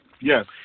Yes